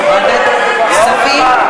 כספים.